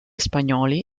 spagnoli